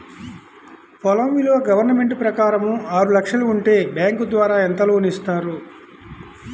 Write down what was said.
పొలం విలువ గవర్నమెంట్ ప్రకారం ఆరు లక్షలు ఉంటే బ్యాంకు ద్వారా ఎంత లోన్ ఇస్తారు?